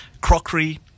crockery